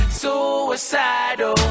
suicidal